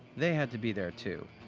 they had to be there too.